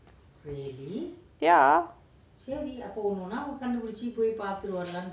ya